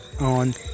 on